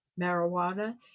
marijuana